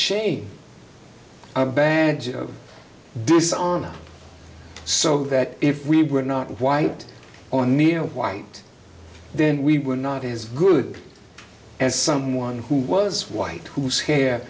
shame a badge of disarming so that if we were not white or near white then we were not as good as someone who was white whose hair